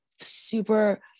super